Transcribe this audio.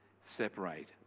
separate